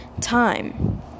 time